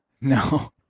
no